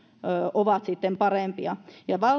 ovat sitten parempia